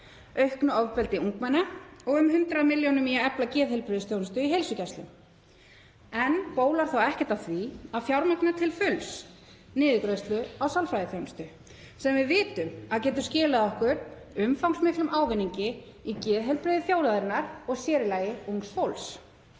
auknu ofbeldi ungmenna og um 100 milljónum í að efla geðheilbrigðisþjónustu í heilsugæslunni. Enn bólar ekkert á því að fjármagna til fulls niðurgreiðslu á sálfræðiþjónustu sem við vitum að getur skilað okkur umfangsmiklum ávinningi í geðheilbrigði þjóðarinnar og sér í lagi ungs fólks.